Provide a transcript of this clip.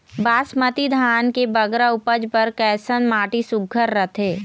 बासमती धान के बगरा उपज बर कैसन माटी सुघ्घर रथे?